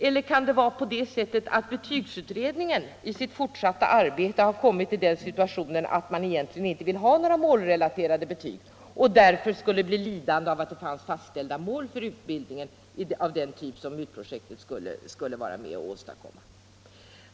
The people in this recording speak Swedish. Eller kan det vara på det sättet att betygsutredningen i sitt arbete har kommit till den situationen att den egentligen inte vill ha några målrelaterade betyg och därför skulle bli lidande av att det fanns fastställda mål för utbildningen av den typ som MUT-projektet skulle vara med om att åstadkomma?